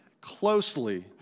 closely